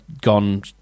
gone